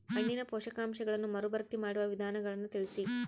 ಮಣ್ಣಿನ ಪೋಷಕಾಂಶಗಳನ್ನು ಮರುಭರ್ತಿ ಮಾಡುವ ವಿಧಾನಗಳನ್ನು ತಿಳಿಸಿ?